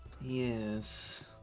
Yes